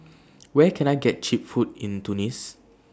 Where Can I get Cheap Food in Tunis